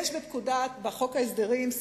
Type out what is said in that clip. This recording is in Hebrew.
בחוק ההסדרים,